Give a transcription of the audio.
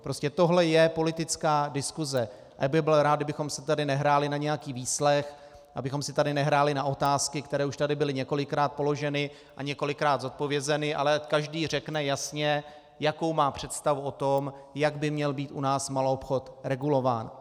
Prostě tohle je politická diskuse a já bych byl rád, kdybychom si tady nehráli na nějaký výslech, abychom si tady nehráli na otázky, které už tady byly několikrát položeny a několikrát zodpovězeny, ale každý řekne jasně, jakou má představu o tom, jak by měl být u nás maloobchod regulován.